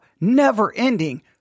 never-ending